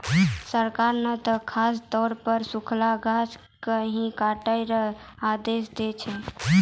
सरकार नॅ त खासतौर सॅ सूखलो गाछ ही काटै के आदेश दै छै